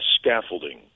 scaffolding